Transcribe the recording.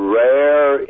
rare